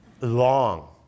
Long